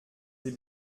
sie